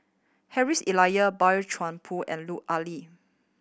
Harry's Elia Boey Chuan Poh and Lut Ali